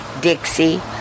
Dixie